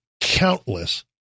countless